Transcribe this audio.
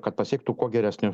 kad pasiektų kuo geresnius